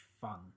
fun